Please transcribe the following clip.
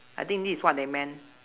I think this is what they meant